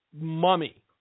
mummy